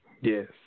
Yes